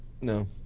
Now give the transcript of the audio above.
No